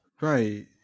Right